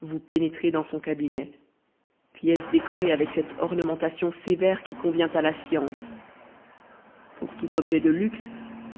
vous pénétrez dans son cabinet pièce décorée avec cette ornementation sévère qui convient à la science pour tout objet de luxe